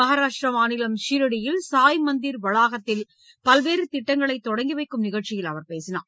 மகாராஷ்ட்ரா மாநிலம் ஷீரடியில் சாய் மந்திர் வளாகத்தில் பல்வேறு திட்டங்களை தொடங்கி வைக்கும் நிகழ்ச்சியில் அவர் பேசினார்